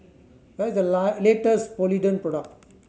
where is the latest Polident product